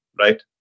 right